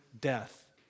death